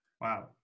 Wow